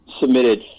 submitted